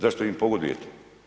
Zašto im pogodujete?